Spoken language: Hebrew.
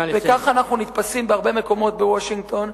וכך אנחנו נתפסים בהרבה מקומות בוושינגטון.